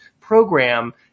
program